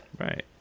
Right